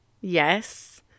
yes